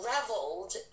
Reveled